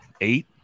eight